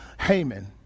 Haman